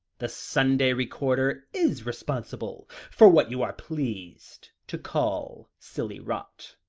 the sunday recorder is responsible for what you are pleased to call silly rot,